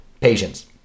Patience